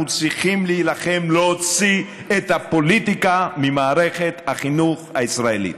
אנחנו צריכים להילחם להוציא את הפוליטיקה ממערכת החינוך הישראלית.